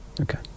okay